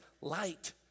light